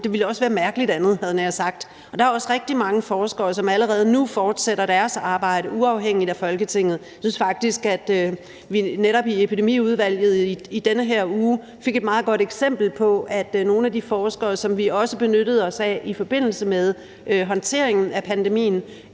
andet ville også være mærkeligt, havde jeg nær sagt. Der er også rigtig mange forskere, som allerede nu fortsætter deres arbejde uafhængigt af Folketinget. Jeg synes faktisk, at vi netop i Epidemiudvalget i den her uge fik et meget godt eksempel på, at nogle af de forskere, som vi også benyttede os af i forbindelse med håndteringen af pandemien,